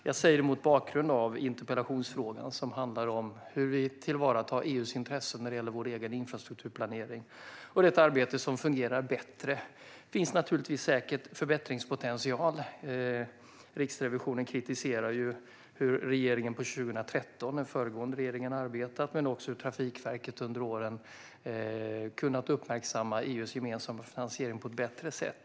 Jag säger det mot bakgrund av interpellationen, som handlar om hur vi tillvaratar EU:s intressen när det gäller vår egen infrastrukturplanering. Det är ett arbete som fungerar bättre. Det finns naturligtvis förbättringspotential. Riksrevisionen kritiserar hur den föregående regeringen har arbetat 2013. Men det handlar också om hur Trafikverket under åren kunnat uppmärksamma EU:s gemensamma finansiering på ett bättre sätt.